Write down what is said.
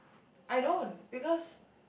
I don't because